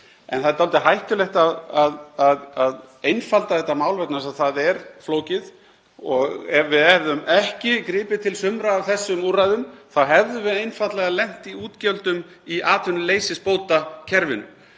En það er dálítið hættulegt að einfalda þetta mál vegna þess að það er flókið. Ef við hefðum ekki gripið til sumra af þessum úrræðum þá hefðum við einfaldlega lent í útgjöldum í atvinnuleysisbótakerfinu.